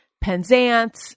Penzance